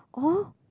oh